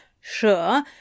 Sure